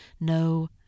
No